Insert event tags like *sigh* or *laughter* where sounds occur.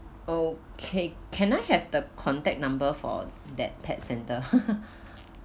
okay can I have the contact number for that pet centre *laughs*